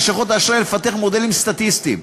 על לשכות האשראי לפתח מודלים סטטיסטיים,